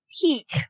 peak